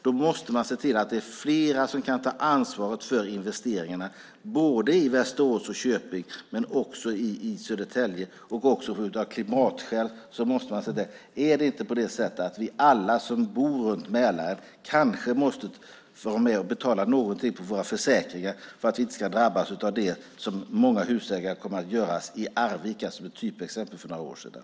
Då måste man se till att det är fler som kan ta ansvar för investeringarna, i Västerås och i Köping men också i Södertälje. Också av klimatskäl måste man göra detta. Är det inte på det sättet att vi alla som bor runt Mälaren kanske måste vara med och betala någonting på våra försäkringar för att vi inte ska drabbas av det som många husägare i Arvika drabbades av för några år sedan?